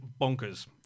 bonkers